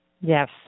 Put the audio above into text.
Yes